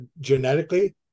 genetically